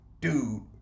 dude